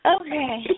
Okay